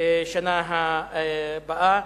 שנה הבאה.